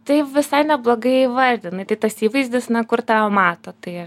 tai visai neblogai įvardinai tai tas įvaizdis na kur tave mato tai